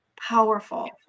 Powerful